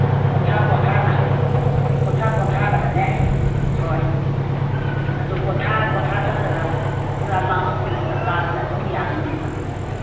ꯄꯣꯊꯥ ꯄꯣꯊꯥꯅ ꯄꯣꯊꯥ ꯄꯣꯊꯥꯔꯒꯅꯦ ꯍꯣꯏ ꯑꯗꯨ ꯄꯣꯊꯥ ꯄꯣꯊꯥ ꯆꯠꯂꯒ ꯈꯔ ꯂꯥꯝꯃꯛꯄꯩꯗꯨꯗ ꯀꯥꯕꯗ ꯑꯗꯨꯝ ꯌꯥꯒꯅꯤꯕ